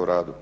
u radu.